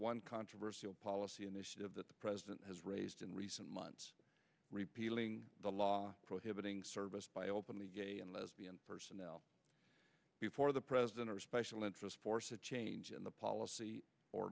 one controversy a policy initiative that the president has raised in recent months repealing the law prohibiting service by openly gay and lesbian personnel before the president or a special interest force a change in the policy or